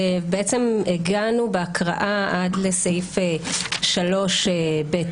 בעצם הגענו בהקראה עד לסעיף 3ב(ב),